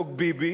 "חוק ביבי",